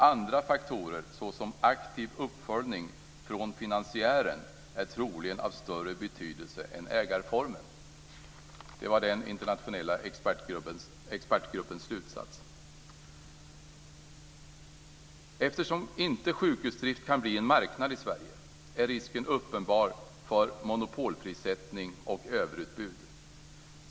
Andra faktorer så som aktiv uppföljning från finansiären är troligen av större betydelse än ägarformen. Det var den internationella expertgruppens slutsats. Eftersom sjukhusdrift inte kan bli en marknad i Sverige är risken uppenbar för monopolprissättning och överutbud.